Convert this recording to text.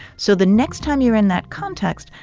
so the next time you're in that context,